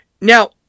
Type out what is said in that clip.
Now